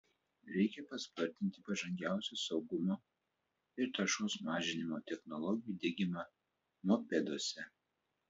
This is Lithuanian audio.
reikia paspartinti pažangiausių saugumo ir taršos mažinimo technologijų diegimą mopeduose